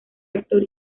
actor